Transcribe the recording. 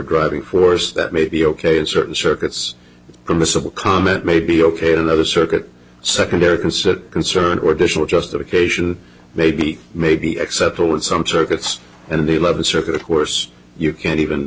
driving force that may be ok in certain circuits permissible comment may be ok another circuit secondary concert concert or additional justification maybe maybe acceptable in some circuits and the love circuit of course you can't even